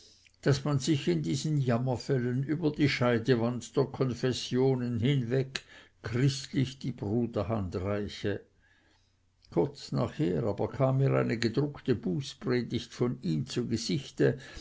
daß man sich in diesen jammerfällen über die scheidewand der konfessionen hinweg christlich die bruderhand reiche kurz nachher aber kam mir eine gedruckte bußpredigt von ihm zu gesichte